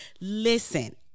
listen